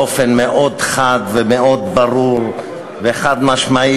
באופן מאוד חד ומאוד ברור וחד-משמעי,